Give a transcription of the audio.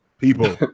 people